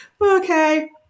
Okay